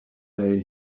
day